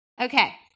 Okay